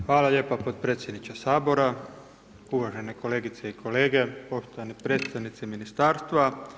Hvala lijepa podpredsjedniče Sabora, uvažene kolegice i kolege, poštovani predstavnici Ministarstva.